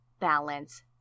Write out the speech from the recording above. Balance